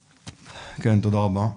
כן, תודה רבה.